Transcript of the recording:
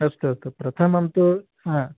अस्तु अस्तु प्रथमं तु हा